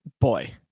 boy